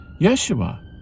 Yeshua